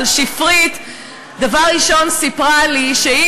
אבל שפרית דבר ראשון סיפרה לי שהיא